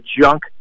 junk